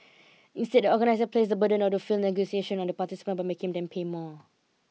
instead the organisers placed the burden of the failed negotiations on the participants by making them pay more